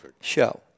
show